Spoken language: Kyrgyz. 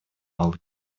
алып